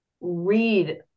read